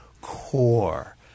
core